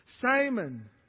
Simon